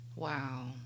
Wow